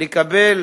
לקבל